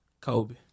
Kobe